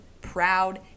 proud